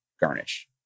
garnish